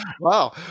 Wow